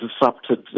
disrupted